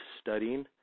studying